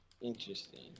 Interesting